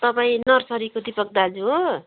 तपाईँ नर्सरीको दीपक दाजु हो